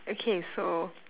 okay so